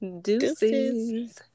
deuces